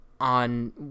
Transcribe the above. on